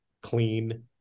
clean